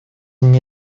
мне